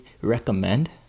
recommend